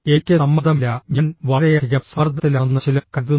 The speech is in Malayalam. എനിക്ക് സമ്മർദ്ദമില്ല ഞാൻ വളരെയധികം സമ്മർദ്ദത്തിലാണെന്ന് ചിലർ കരുതുന്നു